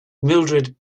mildred